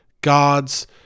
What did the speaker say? God's